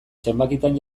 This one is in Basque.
zenbakitan